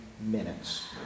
minutes